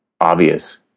obvious